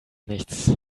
nichts